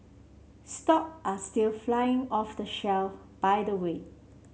stock are still flying off the shelf by the way